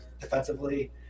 defensively